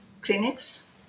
clinics